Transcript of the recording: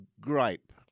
gripe